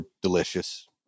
delicious